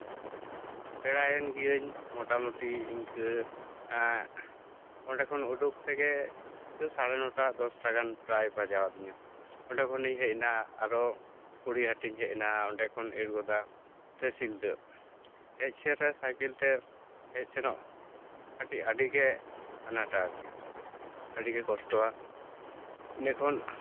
ᱯᱮᱲᱟᱭᱮᱱ ᱜᱤᱭᱟᱹᱧ ᱢᱚᱴᱟᱢᱩᱴᱤ ᱤᱱᱠᱟᱹ ᱚᱸᱰᱮ ᱠᱷᱚᱱ ᱩᱰᱩᱠ ᱛᱮᱜᱮ ᱤᱢᱠᱟᱹ ᱥᱟᱲᱮ ᱱᱚᱴᱟ ᱫᱚᱥᱴᱟ ᱜᱟᱱ ᱯᱨᱟᱭ ᱵᱟᱡᱟᱣᱟᱫᱤᱧᱟ ᱚᱸᱰᱮ ᱠᱷᱚᱱᱤᱧ ᱦᱮᱡᱱᱟ ᱟᱨᱚ ᱯᱚᱲᱤ ᱦᱟ ᱴᱤᱧ ᱦᱮᱡ ᱮᱱᱟ ᱚᱸᱰᱮ ᱠᱷᱚᱱ ᱮᱲᱜᱚᱫᱟ ᱥᱮ ᱥᱤᱞᱫᱟᱹ ᱦᱮᱡ ᱥᱮᱴᱮᱨ ᱥᱟᱭᱠᱮᱞᱛᱮ ᱦᱮᱡ ᱥᱮᱱᱚᱜ ᱠᱟᱹᱴᱤᱡ ᱟᱹᱰᱤ ᱜᱮ ᱟᱱᱟᱴᱟ ᱟᱨᱠᱤ ᱟᱹᱰᱤᱜᱮ ᱠᱚᱥᱴᱚᱣᱟ ᱤᱱᱟᱹᱠᱷᱚᱱ